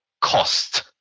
cost